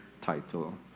title